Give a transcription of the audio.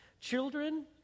Children